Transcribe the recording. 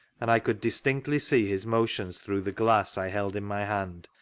and i could distinctly see his motions through the glass i held in my hand,